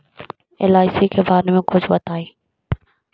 LIC के बारे मे कुछ बताई?